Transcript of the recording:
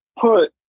put